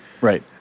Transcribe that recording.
Right